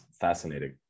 fascinating